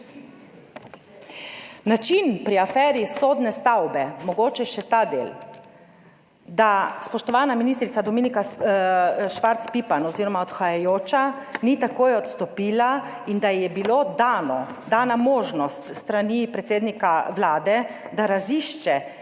Način pri aferi sodne stavbe, mogoče še ta del, da spoštovana ministrica Dominika Švarc Pipan oz. odhajajoča ni takoj odstopila in da ji je bilo dano, dana možnost s strani predsednika Vlade, da razišče